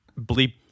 bleep